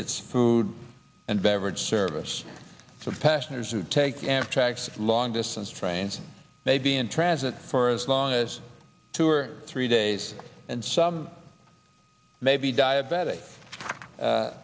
its food and beverage service to passengers who take amtrak long distance trains may be in transit for as long as two or three days and some may be diabetic